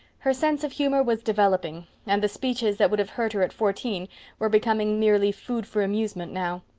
her sense of humor was developing, and the speeches that would have hurt her at fourteen were becoming merely food for amusement now.